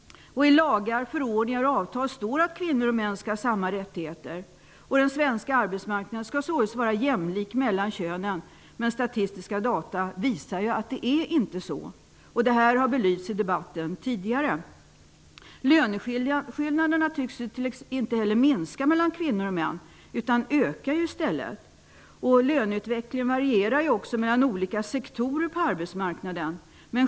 I lagar, förordningar och avtal står det att kvinnor och män skall ha samma rättigheter. Den svenska arbetsmarknaden skall således vara jämlik mellan könen. Statistiska data visar dock att det inte är så. Detta har belysts tidigare i debatten. Löneskillnaderna tycks inte heller minska mellan kvinnor och män. De ökar i stället. Löneutvecklingen varierar också mellan olika sektorer på arbetsmarknaden.